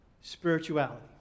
spirituality